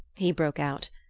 he broke out,